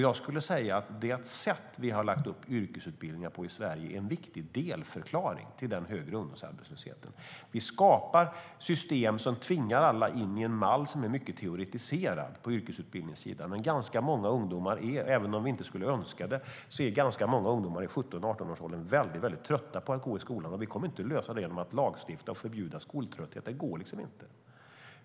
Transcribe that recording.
Jag skulle säga att det sätt vi har lagt upp yrkesutbildningar på i Sverige är en viktig delförklaring till den högre ungdomsarbetslösheten. Vi skapar system som tvingar in alla i en mall som är mycket teoretiserad på yrkesutbildningssidan, men även om vi inte skulle önska det är ganska många ungdomar i 17-18-årsåldern väldigt trötta på att gå i skolan. Vi kommer inte att lösa det genom att lagstifta om förbud mot skoltrötthet. Det går inte.